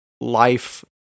life